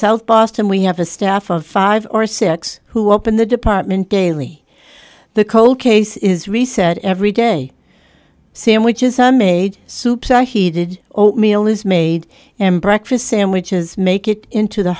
south boston we have a staff of five or six who open the department daily the cold case is reset every day sandwiches i made soups i heated oatmeal is made and breakfast sandwiches make it into the